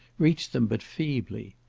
reached them but feebly.